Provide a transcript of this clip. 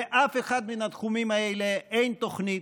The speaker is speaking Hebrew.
באף אחד מן התחומים האלה אין תוכנית,